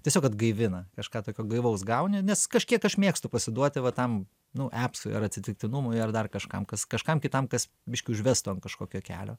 tiesiog atgaivina kažką tokio gaivaus gauni nes kažkiek aš mėgstu pasiduoti va tam nu apsui ar atsitiktinumui ar dar kažkam kas kažkam kitam kas biškį užvestų ant kažkokio kelio